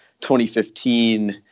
2015